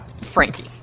Frankie